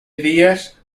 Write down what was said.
días